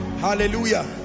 hallelujah